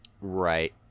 right